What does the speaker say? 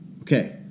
Okay